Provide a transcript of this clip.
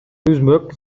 түзмөк